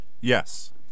Yes